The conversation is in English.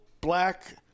black